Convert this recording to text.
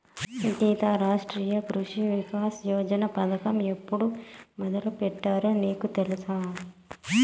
గీతా, రాష్ట్రీయ కృషి వికాస్ యోజన పథకం ఎప్పుడు మొదలుపెట్టారో నీకు తెలుసా